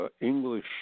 English